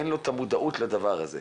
אין לו את המודעות לדבר הזה.